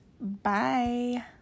Bye